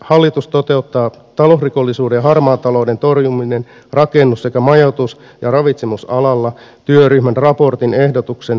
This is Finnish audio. hallitus toteuttaa talousrikollisuuden ja harmaan talouden torjuminen rakennus sekä majoitus ja ravitsemusalalla työryhmän raportin ehdotuksen